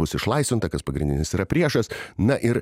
bus išlaisvinta kad pagrindinis yra priešas na ir